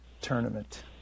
tournament